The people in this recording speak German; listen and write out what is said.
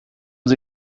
sie